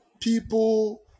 People